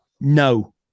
No